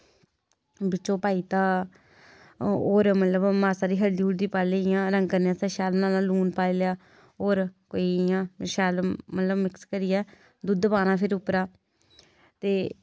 बिच ओह् पाई दित्ता होर मतलब मासा हारी हल्दी हुल्दी पाई लेई इ'यां रंग रुंग करनें शैल लून पाई लेआ होर पाई शैल मतलब मिक्स करियै दुद्ध पाना फिर उप्परा ते